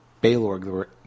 balor